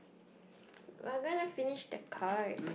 we are going to finish the cards